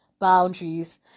boundaries